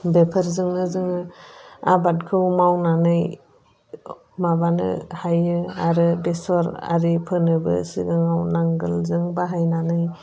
बेफोरजोंनो जोङो आबादखौ मावनानै माबानो हायो आरो बेसर आरिफोरनोबो सिगाङाव नांगोलजों बाहायनानै